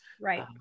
Right